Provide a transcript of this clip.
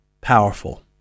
powerful